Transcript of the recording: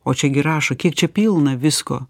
o čia gi rašo kiek čia pilna visko